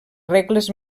regles